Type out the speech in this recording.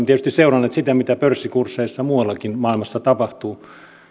tietysti seuranneet sitä mitä pörssikursseissa muuallakin maailmassa tapahtuu eli